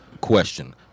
question